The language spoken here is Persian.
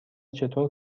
چطور